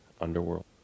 underworld